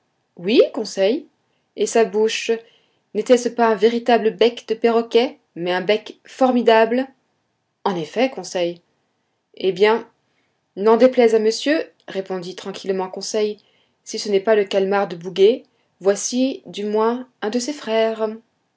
oui conseil et sa bouche n'était-ce pas un véritable bec de perroquet mais un bec formidable en effet conseil eh bien n'en déplaise à monsieur répondit tranquillement conseil si ce n'est pas le calmar de bouguer voici du moins un de ses frères